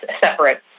separate